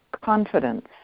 confidence